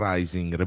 Rising